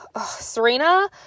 Serena